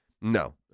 No